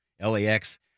LAX